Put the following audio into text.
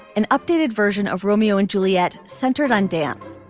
an updated version of romeo and juliet centered on dance.